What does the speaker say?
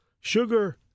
sugar